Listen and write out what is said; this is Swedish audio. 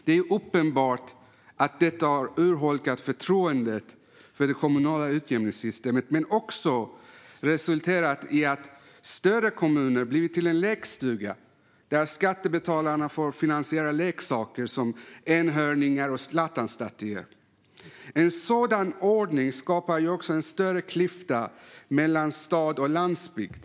Det är uppenbart att detta har urholkat förtroendet för det kommunala utjämningssystemet och resulterat i att större kommuner har blivit en lekstuga där skattebetalarna får finansiera leksaker som enhörningar och Zlatanstatyer. En sådan ordning skapar också en större klyfta mellan stad och landsbygd.